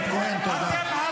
חבר הכנסת שקלים,